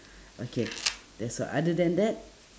okay that's all other than that